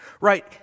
right